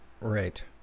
Right